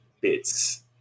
bits